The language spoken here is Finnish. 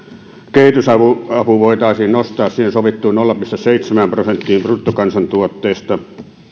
kehitysapu voitaisiin nostaa siihen sovittuun nolla pilkku seitsemään prosenttiin bruttokansantuotteesta